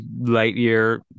Lightyear